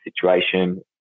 situation